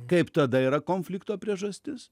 kaip tada yra konflikto priežastis